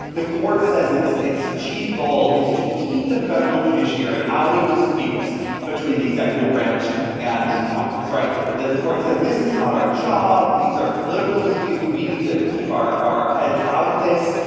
the court says its its chief goal is to keep the federal judiciary out of disputes between the executive branch and congress. right the the court says this is not our job. these are political disputes. we need to keep our our heads out of this.